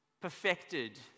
perfected